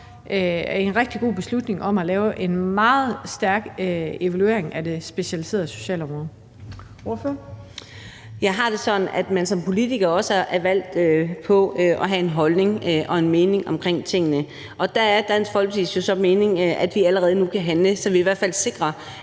en rigtig god beslutning om at lave en meget stærk evaluering af det specialiserede socialområde. Kl. 18:16 Fjerde næstformand (Trine Torp): Ordføreren. Kl. 18:16 Karina Adsbøl (DF): Jeg har det sådan, at man som politiker også er valgt på at have en holdning og en mening om tingene, og der er Dansk Folkepartis mening så, at vi allerede nu kan handle, så vi i hvert fald sikrer,